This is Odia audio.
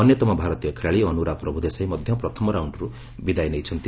ଅନ୍ୟତମ ଭାରତୀୟ ଖେଳାଳି ଅନୁରା ପ୍ରଭୁଦେଶାଇ ମଧ୍ୟ ପ୍ରଥମ ରାଉଣ୍ଡ୍ରୁ ବିଦାୟ ନେଇଛନ୍ତି